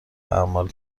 اعمال